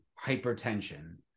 hypertension